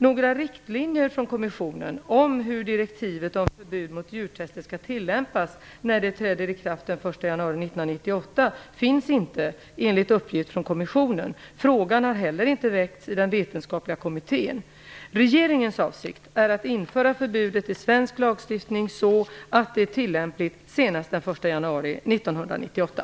Några riktlinjer från kommissionen om hur direktivet om förbud mot djurtest skall tillämpas när det träder i kraft den 1 januari 1998 finns inte, enligt uppgift från kommissionen. Frågan har heller inte väckts i den vetenskapliga kommittén. Regeringens avsikt är att införa förbudet i svensk lagstiftning så att det är tillämpligt senast den 1 januari 1998.